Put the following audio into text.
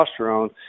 testosterone